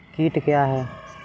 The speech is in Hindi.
कीट क्या है?